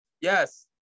Yes